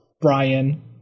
brian